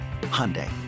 Hyundai